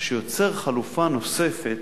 שיוצר חלופה נוספת,